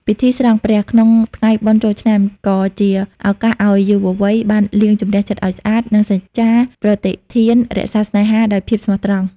ពិធី "ស្រង់ព្រះ" ក្នុងថ្ងៃបុណ្យចូលឆ្នាំ ក៏ជាឱកាសឱ្យយុវវ័យបានលាងជម្រះចិត្តឱ្យស្អាត និងសច្ចាប្រណិធានរក្សាស្នេហាដោយភាពស្មោះត្រង់។